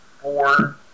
four